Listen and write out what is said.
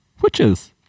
Witches